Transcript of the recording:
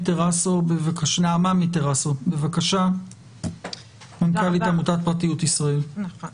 נעמה מטרסו, מנכ"לית עמותת פרטיות ישראל, בבקשה.